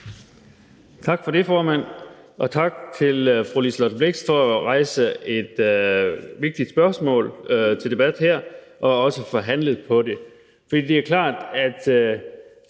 Tak for det, formand, og tak til fru Liselott Blixt for at rejse et vigtigt spørgsmål til debat her og så få handlet på det. Det er klart, at